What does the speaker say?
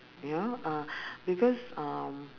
ya uh because um